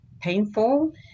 painful